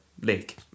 lake